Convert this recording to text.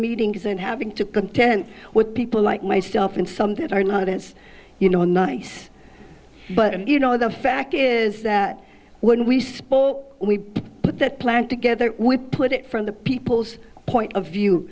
meetings and having to contend with people like myself and some that are not it's you know nice but you know the fact is that when we spoke we put that plan together with put it from the people's point of view